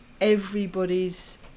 everybody's